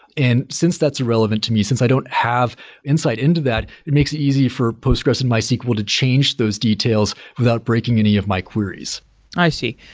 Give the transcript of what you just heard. and since that's irrelevant to me, since i don't have insight into that, it makes it easy for postgresql and mysql to change those details without breaking any of my queries i see.